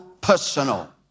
personal